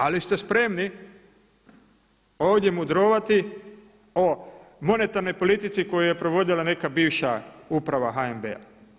Ali ste spremni ovdje mudrovati o monetarnoj politici koju je provodila neka bivša Uprava HNB-a.